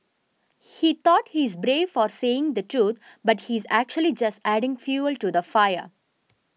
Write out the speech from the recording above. he thought he's brave for saying the truth but he's actually just adding fuel to the fire